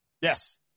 Yes